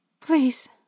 please